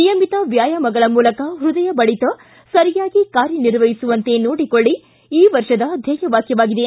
ನಿಯಮಿತ ವ್ವಾಯಾಮಗಳ ಮೂಲಕ ಪ್ಪದಯ ಬಡಿತ ಸರಿಯಾಗಿ ಕಾರ್ಯ ನಿರ್ವಹಿಸುವಂತೆ ನೋಡಿಕೊಳ್ಳ ಈ ವರ್ಷದ ಧ್ಯೇಯ ವಾಕ್ಟವಾಗಿದೆ